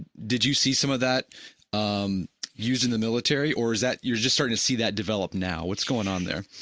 did you see some of that um using the military? or is that you're just starting to see that develop now? what's going on there?